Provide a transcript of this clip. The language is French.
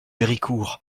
héricourt